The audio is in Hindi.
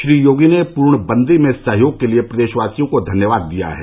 श्री योगी ने पूर्णवंदी में सहयोग के लिए प्रदेशवासियों को धन्यवाद दिया है